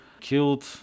killed